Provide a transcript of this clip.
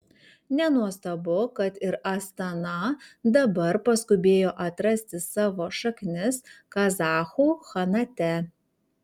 nenuostabu kad ir astana dabar paskubėjo atrasti savo šaknis kazachų chanate